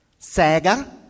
Sega